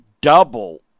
double